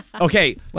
Okay